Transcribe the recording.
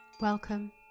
Welcome